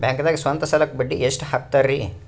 ಬ್ಯಾಂಕ್ದಾಗ ಸ್ವಂತ ಸಾಲಕ್ಕೆ ಬಡ್ಡಿ ಎಷ್ಟ್ ಹಕ್ತಾರಿ?